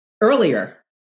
earlier